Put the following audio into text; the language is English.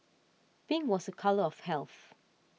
pink was a colour of health